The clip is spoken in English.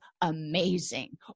amazing